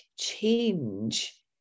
change